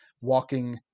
walking